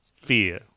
fear